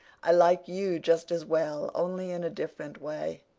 i like you just as well, only in a different way.